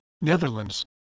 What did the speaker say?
Netherlands